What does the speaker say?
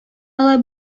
алай